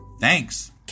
Thanks